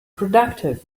productive